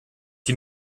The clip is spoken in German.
die